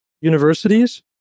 universities